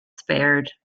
spared